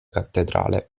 cattedrale